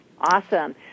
Awesome